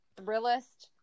Thrillist